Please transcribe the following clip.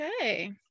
Okay